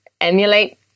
emulate